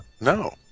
No